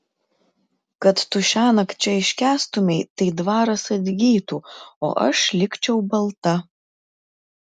kad tu šiąnakt čia iškęstumei tai dvaras atgytų o aš likčiau balta